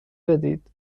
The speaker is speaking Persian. بدهید